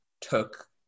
took